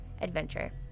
adventure